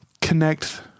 connect